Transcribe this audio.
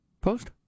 Post